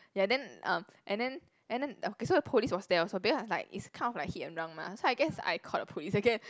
ya then um and then and then okay so the police was there also because I like it's kind of hit and run mah so I guess I called the police okay